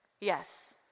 Yes